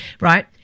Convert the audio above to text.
right